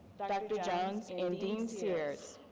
dr. jones and dean sears,